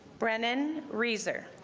brendan reaser